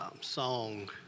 song